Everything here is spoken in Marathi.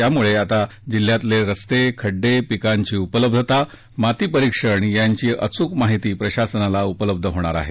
त्यामुळे आता जिल्ह्यातले रस्ते खड्डे पिकांची उपलब्धता माती परीक्षण यांची अचूक माहिती प्रशासनाला उपलब्ध होणार आहे